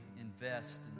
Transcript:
invest